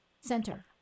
Center